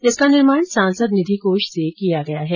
इसका निर्माण सांसद निर्धि कोष से किया गया है